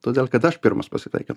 todėl kad aš pirmas pasitaikiau